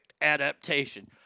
adaptation